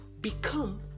become